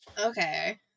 Okay